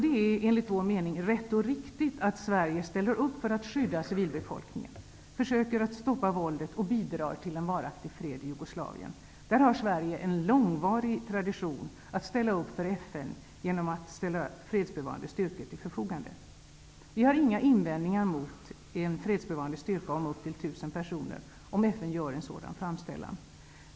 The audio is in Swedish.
Det är enligt vår mening rätt och riktigt att Sverige ställer upp för att skydda civilbefolkningen och försöker att stoppa våldet och bidra till en varaktig fred i Jugoslavien. Sverige har en långvarig tradition att ställa upp för FN, genom att ställa fredsbevarande styrkor till förfogande. Vi har inga invändningar mot en fredsbevarande styrka om upp till 1 000 personer, om FN gör en sådan framställan.